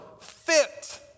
fit